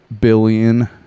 billion